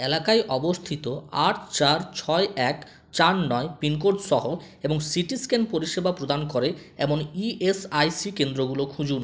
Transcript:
এলাকায় অবস্থিত আট চার ছয় এক চার নয় পিনকোড সহ এবং সিটি স্ক্যান পরিষেবা প্রদান করে এমন ই এস আই সি কেন্দ্রগুলো খুঁজুন